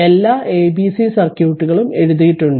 എല്ലാ a b c സർക്യൂട്ടുകളും ഇവിടെ എഴുതിയിട്ടുണ്ട്